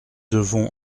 devons